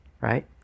Right